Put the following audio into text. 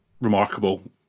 remarkable